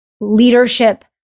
leadership